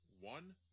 One